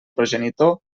progenitor